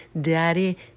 Daddy